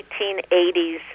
1880s